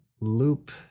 loop